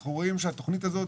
אנחנו רואים שהתוכנית הזאת